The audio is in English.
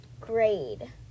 grade